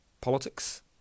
politics